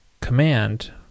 command